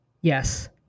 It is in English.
Yes